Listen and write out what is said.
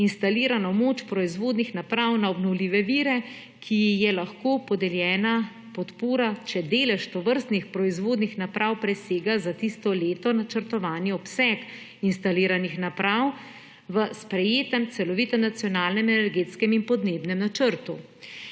instalirano moč proizvodnih naprav na obnovljive vire energije, ki ji je lahko podeljena podpora, če delež tovrstnih proizvodnih naprav presega za tisto leto načrtovani obseg instaliranih naprav v sprejetem Celovitem nacionalnem energetskem in podnebnem načrtu.